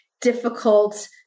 difficult